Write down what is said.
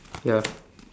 ya